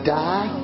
die